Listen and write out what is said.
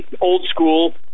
old-school